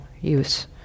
use